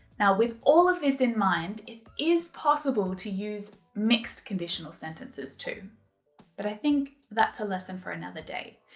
now with all of this in mind, it is possible to use mixed conditional sentences too but i think that's a lesson for another day.